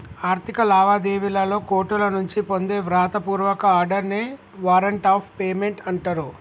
ఆర్థిక లావాదేవీలలో కోర్టుల నుంచి పొందే వ్రాత పూర్వక ఆర్డర్ నే వారెంట్ ఆఫ్ పేమెంట్ అంటరు